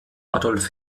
adolf